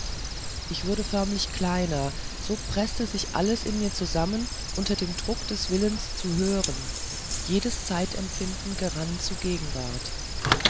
ich wurde förmlich kleiner so preßte sich alles in mir zusammen unter dem druck des willens zu hören jedes zeitempfinden gerann zu gegenwart